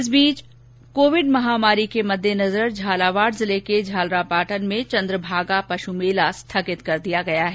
इस बीच कोविड महामारी के मद्देनजर झालावाड़ जिले के झालरापाटन में चन्द्रभागा पशु मेला स्थगित कर दिया गया है